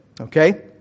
okay